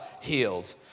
healed